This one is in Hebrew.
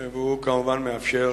הוא, כמובן, מאפשר